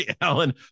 Alan